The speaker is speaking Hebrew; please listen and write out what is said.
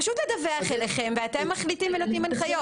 פשוט לדווח אליכם ואתם מחליטים ונותנים הנחיות.